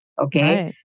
Okay